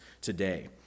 today